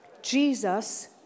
Jesus